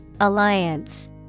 Alliance